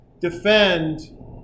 defend